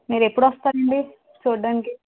మీరెప్పుడు వస్తారండి చూడ్డానికి